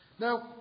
Now